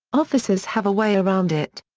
officers have a way around it.